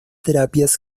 terapias